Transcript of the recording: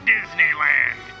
Disneyland